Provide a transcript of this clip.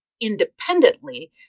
independently